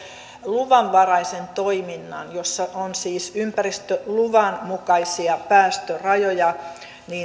luvanvaraisen toiminnan jossa on siis ympäristöluvan mukaisia päästörajoja